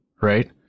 Right